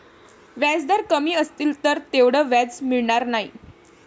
व्याजदर कमी असतील तर तेवढं व्याज मिळणार नाही